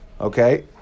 Okay